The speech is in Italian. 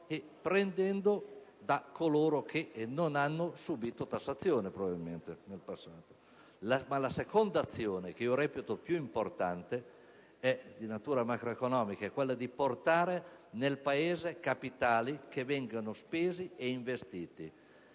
e prendendo da coloro che non hanno subito, probabilmente, tassazione in passato. Ma la seconda azione, che io reputo più importante, di natura macroeconomica, è quella di portare nel Paese capitali che vengano spesi ed investiti.